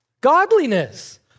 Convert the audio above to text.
Godliness